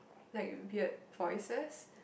like weird voices